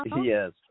Yes